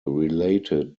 related